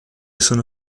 sono